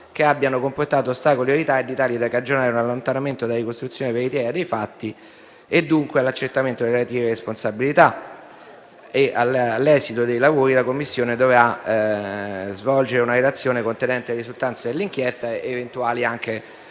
che abbiano comportato ostacoli o ritardi tali da cagionare un allontanamento dalla ricostruzione veritiera dei fatti e dunque dall'accertamento delle relative responsabilità. All'esito dei lavori, la Commissione dovrà presentare una relazione contenente le risultanze dell'inchiesta, con eventuali relazioni